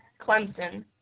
Clemson